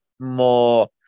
More